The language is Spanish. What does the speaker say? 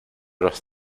los